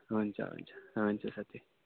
हुन्छ हुन्छ हुन्छ साथी